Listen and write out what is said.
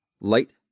light